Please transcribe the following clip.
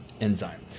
enzyme